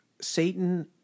Satan